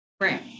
Right